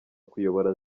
kuyobora